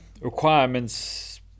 requirements